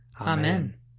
Amen